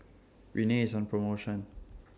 Rene IS on promotion